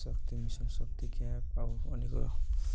ଶକ୍ତି ମିଶନଶକ୍ତି କେ ଆଉ ଅନେକ